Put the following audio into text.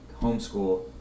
homeschool